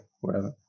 wherever